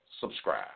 Subscribe